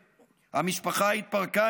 / המשפחה התפרקה,